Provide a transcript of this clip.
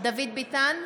דוד ביטן,